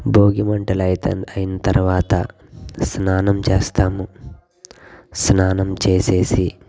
భోగి మంటలు అయితే అయిన తర్వాత స్నానం చేస్తాము స్నానం చేసి